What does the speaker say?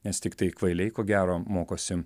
nes tiktai kvailiai ko gero mokosi